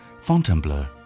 Fontainebleau